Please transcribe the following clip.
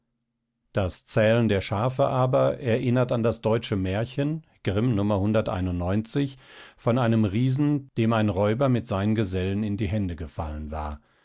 das zählen der schafe aber erinnert an das deutsche märchen grimm von einem riesen dem ein räuber mit seinen gesellen in die hände gefallen war